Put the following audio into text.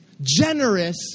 generous